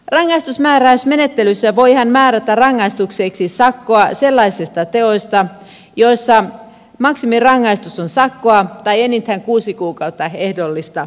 rangaistusmääräysmenettelyssä voidaan määrätä rangaistukseksi sakkoa sellaisista teoista joissa maksimirangaistus on sakkoa tai enintään kuusi kuukautta ehdollista vankeutta